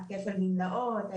כפל גמלאות,